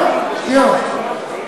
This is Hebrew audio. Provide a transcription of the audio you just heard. גם ביישוב שלי,